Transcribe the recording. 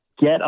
get